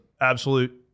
absolute